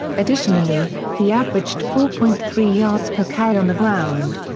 additionally, he averaged four point three yards per carry on the ground.